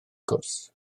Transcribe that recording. cwrs